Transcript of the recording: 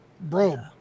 Bro